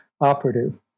operative